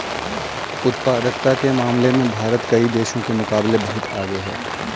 उत्पादकता के मामले में भारत कई देशों के मुकाबले बहुत आगे है